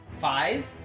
five